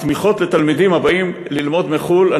התמיכות לתלמידים הבאים ללמוד מחוץ-לארץ,